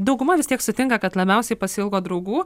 dauguma vis tiek sutinka kad labiausiai pasiilgo draugų